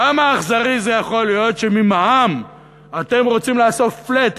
כמה אכזרי זה יכול להיות שממע"מ אתם רוצים לאסוף flat,